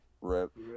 Rip